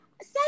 Say